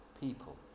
people